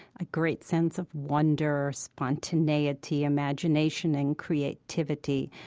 a great sense of wonder, spontaneity, imagination and creativity,